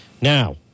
Now